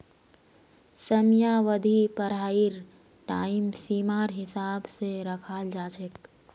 समयावधि पढ़ाईर टाइम सीमार हिसाब स रखाल जा छेक